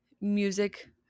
music